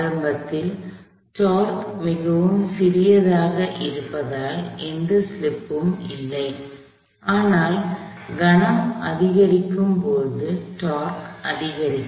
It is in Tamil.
ஆரம்பத்தில் டோர்க்கு மிகவும் சிறியதாக இருப்பதால் எந்த ஸ்லிப்புமும் இல்லை ஆனால் கணம் அதிகரிக்கும் போது டோர்க்கு அதிகரிக்கும்